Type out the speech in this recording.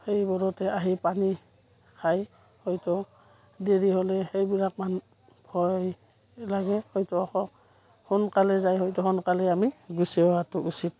সেইবোৰতে আহি পানী খায় হয়তো দেৰি হ'লে সেইবিলাক মানে ভয় লাগে হয়তো সোনকালে যায় হয়তো সোনকালে আমি গুচি অহাটো উচিত